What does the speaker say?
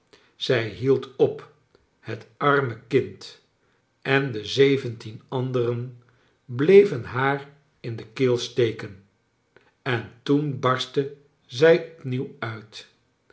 zij hield op het arme kind en de zeventien andere bleven haar in de keel steken en toen barstte zij opnieuw uit